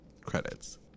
credits